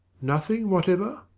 nothing whatever?